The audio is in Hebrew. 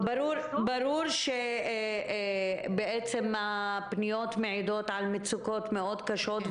ברור שבעצם הפניות מעידות על מצוקות מאוד קשות,